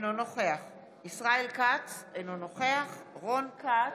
אינו נוכח ישראל כץ, אינו נוכח רון כץ,